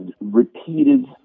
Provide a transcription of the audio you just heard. repeated